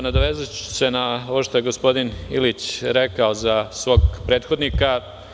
Nadovezaću se na ovo što je gospodin Ilić rekao za svog prethodnika.